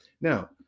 Now